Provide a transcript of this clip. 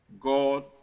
god